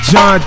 John